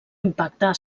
impacte